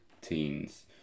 teens